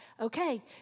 okay